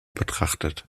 betrachtet